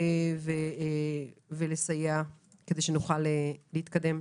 ולסייע כדי שנוכל להתקדם.